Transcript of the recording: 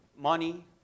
money